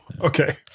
okay